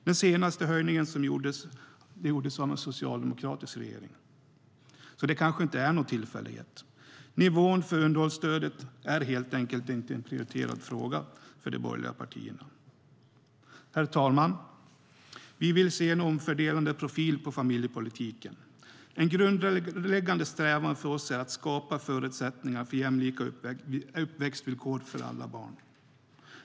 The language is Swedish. Den senaste höjningen gjordes av en socialdemokratisk regering, så det kanske inte är någon tillfällighet. Nivån för underhållsstödet är helt enkelt inte en prioriterad fråga för de borgerliga partierna. Herr talman! Vi vill se en omfördelande profil på familjepolitiken. En grundläggande strävan för oss är att skapa förutsättningar för jämlika uppväxtvillkor för alla barn.